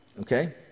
Okay